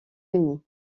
unis